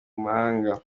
mahanga